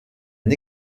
une